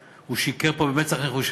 הוא אמר את הפך האמת, הוא שיקר פה במצח נחושה.